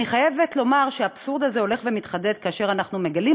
אני חייבת לומר שהאבסורד הזה הולך ומתחדד כאשר אנחנו מגלים,